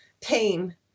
pain